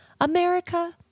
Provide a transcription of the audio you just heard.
America